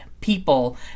people